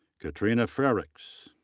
katrina frerichs.